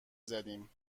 زدیم